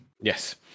Yes